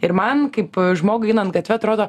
ir man kaip žmogui einant gatve atrodo